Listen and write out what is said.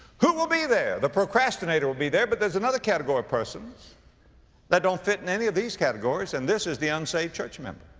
who will be there? the procrastinator will be there. but there's another category of persons that don't fit into and any of these categories and this is the unsaved church member.